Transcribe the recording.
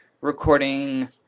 recording